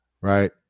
Right